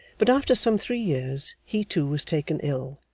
but after some three years he too was taken ill,